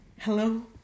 Hello